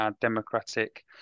democratic